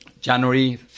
January